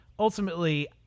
Ultimately